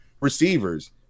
receivers –